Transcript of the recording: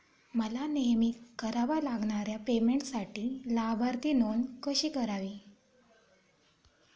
मला नेहमी कराव्या लागणाऱ्या पेमेंटसाठी लाभार्थी नोंद कशी करावी?